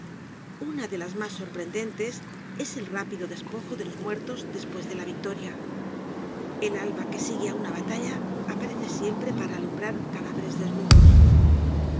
una de las mas sorprendentes es el rápido despojo de los muertos despues de la victoria el alba que sigue á una batalla aparece siempre para alumbrar cadáveres desnudos